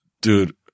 Dude